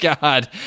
God